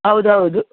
ಹೌದ್ ಹೌದು